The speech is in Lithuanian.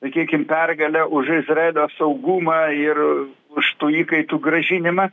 sakykim pergalę už izraelio saugumą ir už tų įkaitų grąžinimą